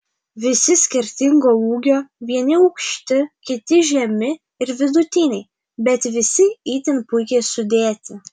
visi skirtingo ūgio vieni aukšti kiti žemi ir vidutiniai bet visi itin puikiai sudėti